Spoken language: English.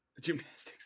Gymnastics